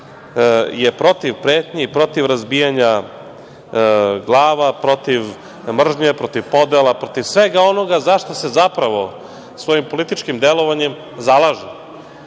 je protiv pretnji i protiv razbijanja glava, protiv mržnje, protiv podela, protiv svega onoga zašta se zapravo svojim političkim delovanjem zalaže,